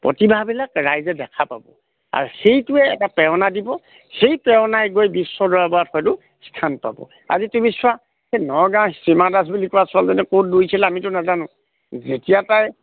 প্ৰতিভাবিলাক ৰাইজে দেখা পাব আৰু সেইটোৱে এটা প্ৰেৰণা দিব সেই প্ৰেৰণাই গৈ বিশ্ব দৰবাৰত হয়তো স্থান পাব আজি তুমি চোৱা নগাঁৱত হীমা দাস বুলি কোৱা ছোৱালীজনীয়ে ক'ত দৌৰিছিলে আমিতো নাজানো যেতিয়া তাই